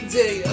day